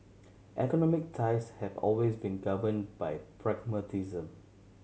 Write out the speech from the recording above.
economic ties have always been governed by pragmatism